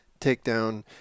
takedown